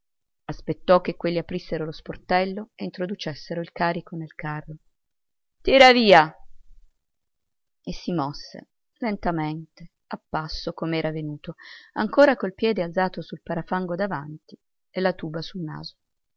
aspettò che quelli aprissero lo sportello e introducessero il carico nel carro tira via e si mosse lentamente a passo com'era venuto ancora col piede alzato sul parafango davanti e la tuba sul naso